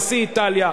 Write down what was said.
נשיא איטליה,